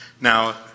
Now